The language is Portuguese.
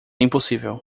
impossível